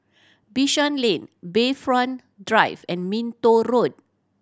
Bishan Lane Bayfront Drive and Minto Road